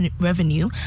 revenue